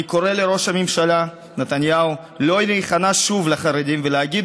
אני קורא לראש הממשלה נתניהו לא להיכנע שוב לחרדים ולהגיד